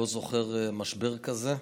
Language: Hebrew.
לא זוכר משבר כזה: